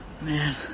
Man